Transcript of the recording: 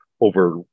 over